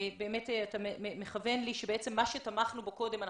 אתה מכוון לי שבמה שתמכנו בו קודם,